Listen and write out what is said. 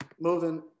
Moving